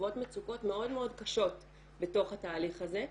שחוות מצוקות מאוד מאוד קשות בתוך התהליך הזה,